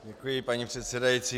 Děkuji, paní předsedající.